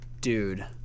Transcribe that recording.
dude